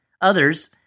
Others